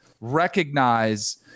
recognize